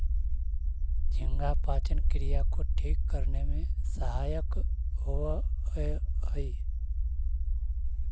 झींगा पाचन क्रिया को ठीक करने में सहायक होवअ हई